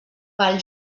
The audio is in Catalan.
pel